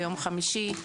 ביום חמישי,